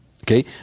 Okay